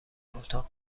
اتاق